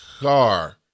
car